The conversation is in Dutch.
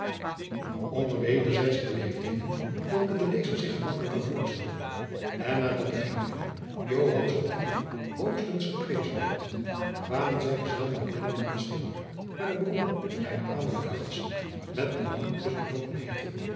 onder wederzijdsche beleefdheden welke de lezer zich gemakkelijk kan voorstellen en nadat de gravin joans gedrag hoogstens geprezen had kwamen zij gezamenlijk binnen het kasteel waar de baron zijne adelijke gast met een handkus welkom heette